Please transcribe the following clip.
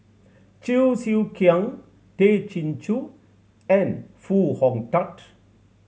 Cheong Siew Keong Tay Chin Joo and Foo Hong Tatt